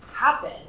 happen